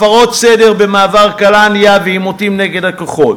הפרות סדר במעבר קלנדיה ועימותים נגד הכוחות,